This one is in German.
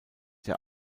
der